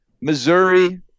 Missouri